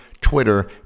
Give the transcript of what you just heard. Twitter